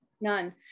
None